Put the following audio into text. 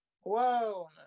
Whoa